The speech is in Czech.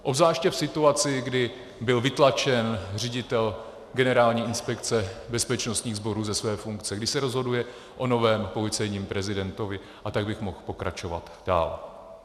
Obzvláště v situaci, kdy byl vytlačen ředitel Generální inspekce bezpečnostních sborů ze své funkce, kdy se rozhoduje o novém policejním prezidentovi, a tak bych mohl pokračovat dál.